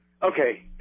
Okay